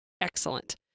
excellent